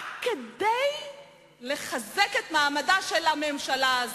רק כדי לחזק את מעמדה של הממשלה הזאת.